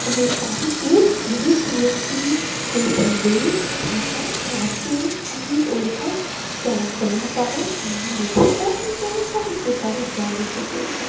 અને સાહિત્ય જ દરેક વ્યક્તિ કોઈ પણ દેશ ભાષા રાષ્ટ્રની આગવી ઓળખાણ ત્યાંના કલાકારો ત્યાંના લેખકો ને તેના સાહિત્યકારો જાળવી શકે છે